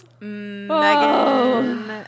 Megan